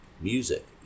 music